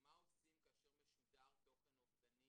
מה עושים כאשר משודר תוכן אובדני